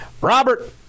Robert